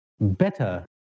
better